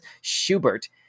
Schubert